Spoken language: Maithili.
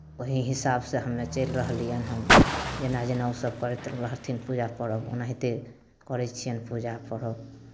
ओही हिसाबसँ हमे चलि रहलियै हन जेना जेना ओसभ करैत रहथिन पूजा पर्व ओनाहिते करै छियनि पूजा पर्व